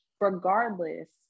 regardless